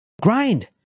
Grind